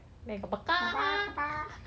like a